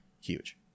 huge